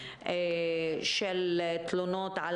בתלונות על